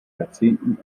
jahrzehnten